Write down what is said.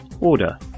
order